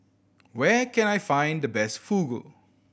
where can I find the best Fugu